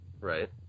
Right